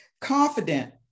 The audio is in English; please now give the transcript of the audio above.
confident